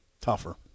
tougher